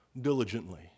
diligently